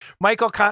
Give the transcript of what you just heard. Michael